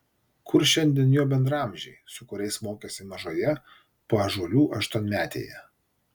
kur šiandien jo bendraamžiai su kuriais mokėsi mažoje paąžuolių aštuonmetėje